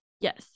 Yes